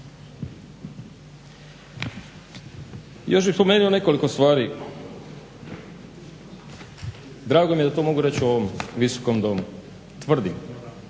Još bih spomenuo nekoliko stvari, drago mi je da to mogu reći u ovom Visokom domu, tvrdim